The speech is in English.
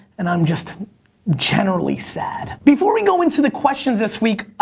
and i'm just generally sad. before we go into the questions this week,